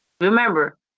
Remember